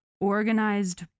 organized